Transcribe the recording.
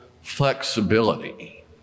flexibility